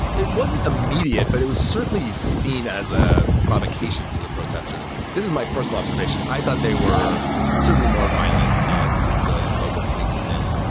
it wasn't immediate, but it was certainly seen as a provocation to the protesters. this is my personal observation. i thought they were considerably more violent than the local police had been,